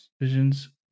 visions